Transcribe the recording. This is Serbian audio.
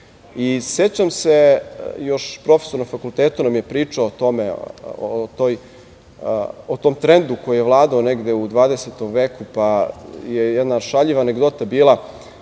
Sećam se, još profesor na fakultetu nam je pričao o tom trendu koji je vladao negde u 20. veku, pa je jedna šaljiva anegdota bila